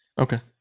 Okay